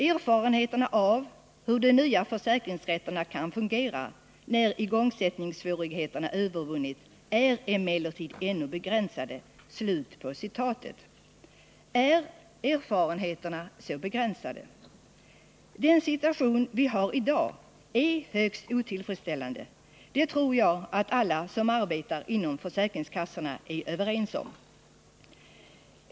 Erfarenheterna av hur de nya försäkringsrätterna kan fungera när igångsättningssvårigheterna övervunnits är emellertid ännu begränsade.” Är erfarenheterna så begränsade? Den situation vi har i dag är högst otillfredsställande. Det tror jag att alla som arbetar inom försäkringskassorna är överens om.